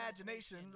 Imagination